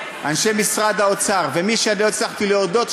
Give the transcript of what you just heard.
אנשי משרד האוצר ומי שאני לא הצלחתי להודות להם,